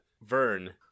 Vern